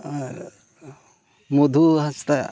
ᱟᱨ ᱢᱚᱫᱷᱩ ᱦᱟᱸᱥᱫᱟ